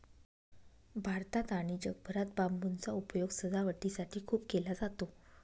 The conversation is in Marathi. भारतात आणि जगभरात बांबूचा उपयोग सजावटीसाठी खूप केला जातो